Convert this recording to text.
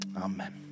Amen